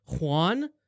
Juan